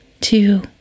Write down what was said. two